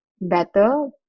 better